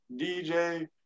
DJ